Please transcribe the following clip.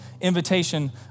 invitation